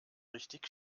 richtig